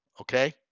Okay